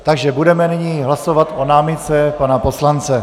Takže budeme nyní hlasovat o námitce pana poslance.